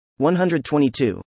122